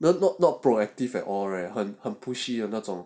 no not not proactive at all right 很很 pushy 的那种